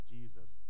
Jesus